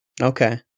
Okay